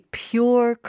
pure